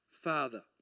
father